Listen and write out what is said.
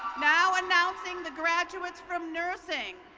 now announcing the graduates from nursing